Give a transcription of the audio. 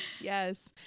Yes